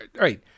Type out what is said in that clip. right